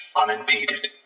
unimpeded